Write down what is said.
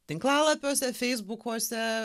tinklalapiuose feisbukuose